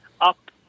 up